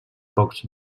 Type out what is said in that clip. pocs